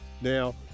Now